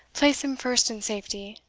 place him first in safety!